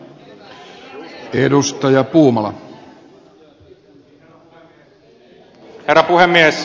herra puhemies